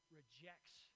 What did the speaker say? rejects